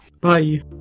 Bye